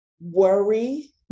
worry